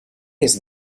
jest